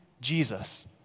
Jesus